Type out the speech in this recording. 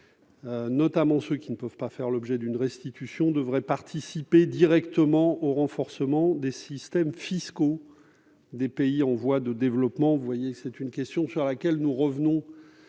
notamment ceux qui ne peuvent pas faire l'objet d'une restitution, devrait participer directement au renforcement des systèmes fiscaux des pays en voie de développement. C'est une question sur laquelle nous revenons